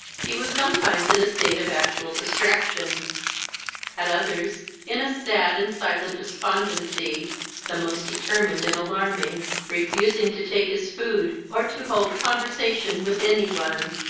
he was sometimes in a state of actual distraction at others in a sad and silent despondency the most determined and alarming, refusing to take his food, or to hold conversation with any one.